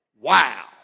Wow